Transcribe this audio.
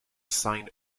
sign